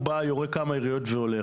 הוא יורה כמה יריות והולך.